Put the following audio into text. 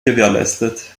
gewährleistet